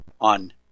on